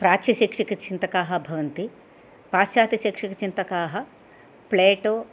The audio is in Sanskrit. प्राच्यशैक्षकचिन्तकाः भवन्ति पाश्चात्यशैक्षिकचिन्तकाः प्लेटो